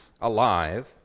alive